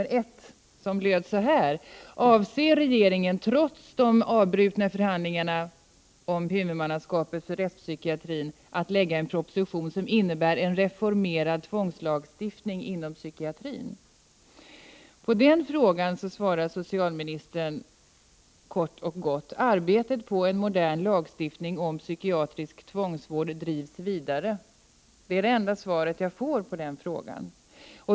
1988/89:42 nr 1 som löd så här: Avser regeringen, trots de avbrutna förhandlingarna om 9 december 1988 huvudmannaskapet för rättspsykiatrin, att lägga en proposition som innebär en reformerad tvångslagstiftning inom psykiatrin? Socialministern svarar då kort och gott att ”arbetet på en modern lagstiftning om psykiatrisk tvångvård drivs vidare”. Det är det enda svar jag får på den frågan.